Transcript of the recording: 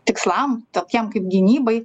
tikslam tokiem kaip gynybai